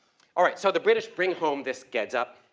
all right, so the british bring home this ketchup,